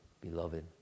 beloved